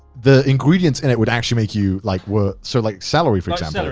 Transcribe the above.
the ingredients and it would actually make you like work. so like celery, for example. yeah